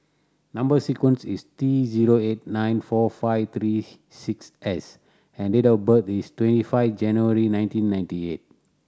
number sequence is T zero eight nine four five three six S and date of birth is twenty five January nineteen ninety eight